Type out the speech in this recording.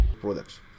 products